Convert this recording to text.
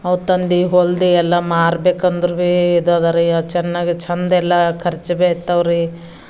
ಅವು ತಂದು ಹೊಲೆದು ಎಲ್ಲ ಮಾರಬೇಕಂದ್ರೂ ಭೀ ಇದದರಿ ಅದು ಚೆನ್ನಾಗಿ ಚೆಂದೆಲ್ಲ ಖರ್ಚು ಬೀಳ್ತವ ರೀ